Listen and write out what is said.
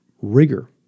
rigor